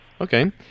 Okay